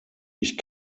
ich